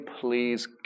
please